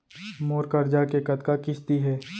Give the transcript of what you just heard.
मोर करजा के कतका किस्ती हे?